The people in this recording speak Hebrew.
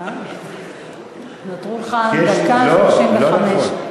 נותרו לך דקה ו-35.